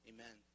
Amen